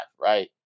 right